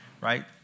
Right